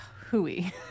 hooey